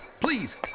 Please